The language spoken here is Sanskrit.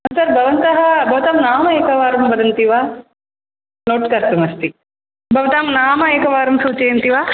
सर् भवन्तः भवतां नाम एकवारं वदन्ति वा नोट् कर्तुमस्ति भवतां नाम एकवारं सूचयन्ति वा